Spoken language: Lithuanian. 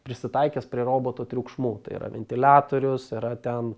prisitaikęs prie roboto triukšmų tai yra ventiliatorius yra ten